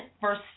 verse